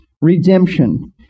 Redemption